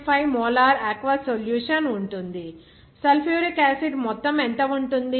5 molar aqueous solution ఉంటుంది sulphuric acid మొత్తం ఎంత ఉంటుంది